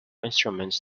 instruments